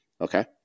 okay